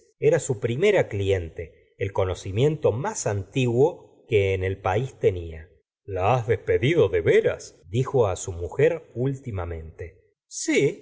era su primera cliente el conocimiento más antiguo que en el país tenia la has despedido de veras dijo su mujer últimamente si